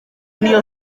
niyo